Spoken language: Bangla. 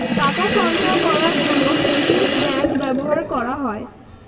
টাকা সঞ্চয় করার জন্য সেভিংস ব্যাংক ব্যবহার করা হয়